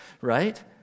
right